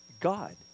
God